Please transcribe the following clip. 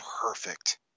Perfect